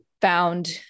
found